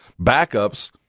backups